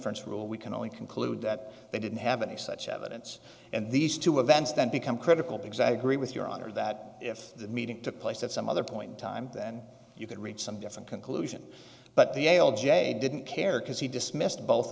inference rule we can only conclude that they didn't have any such evidence and these two events then become critical because i agree with your honor that if the meeting took place at some other point in time then you could reach some different conclusion but they all j i didn't care because he dismissed both